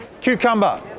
cucumber